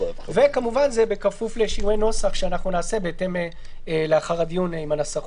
וכמובן בכפוף לשינויי נוסח שנעשה בהתאם לאחר הדיון עם הנסחות.